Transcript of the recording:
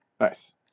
Nice